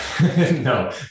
no